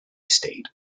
state